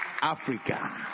Africa